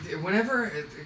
Whenever